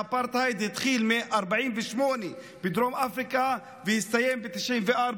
האפרטהייד התחיל ב-48' בדרום אפריקה והסתיים ב-1994.